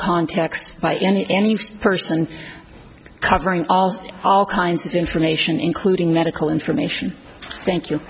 contexts by any any person covering all kinds of information including medical information thank you